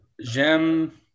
J'aime